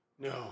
No